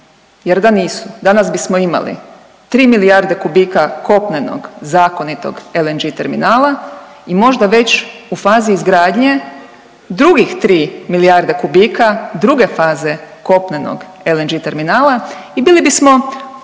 jer da nisu danas bismo imali tri milijarde kubika kopnenog zakonitog LNG terminala i možda već u fazi izgradnje drugih tri milijardi kubika druge faze kopnenog LNG terminala i bili bismo potpuno